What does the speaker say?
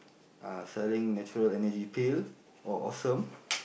uh selling natural energy pill or awesome